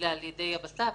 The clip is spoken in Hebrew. אלא על-ידי הבט"פ,